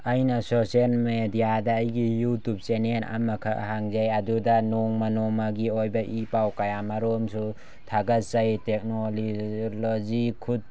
ꯑꯩꯅ ꯁꯣꯁꯦꯟ ꯃꯦꯗꯤꯌꯥꯗ ꯑꯩꯒꯤ ꯌꯨꯇꯨꯞ ꯆꯦꯟꯅꯦꯟ ꯑꯃꯈꯛ ꯍꯥꯛꯖꯩ ꯑꯗꯨꯗ ꯅꯣꯡꯃ ꯅꯣꯡꯃꯒꯤ ꯑꯣꯏꯕ ꯏ ꯄꯥꯎ ꯀꯌꯥ ꯃꯔꯨꯝꯁꯨ ꯊꯥꯒꯠꯆꯩ ꯇꯦꯛꯅꯣꯂꯣꯖꯤ ꯈꯨꯠ